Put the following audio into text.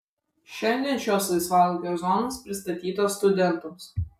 šiandien šios laisvalaikio zonos pristatytos studentams